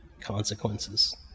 consequences